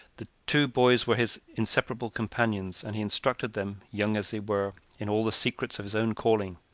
the two boys were his inseparable companions, and he instructed them, young as they were, in all the secrets of his own calling.